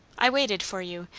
i waited for you,